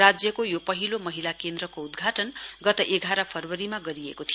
राज्यको यो पहिलो महिला केन्द्रको उद्घाटन गत एघार फरवरीमा गरिएको थियो